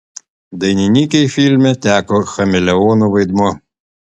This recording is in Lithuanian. dainininkei filme teko chameleono vaidmuo